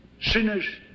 Sinners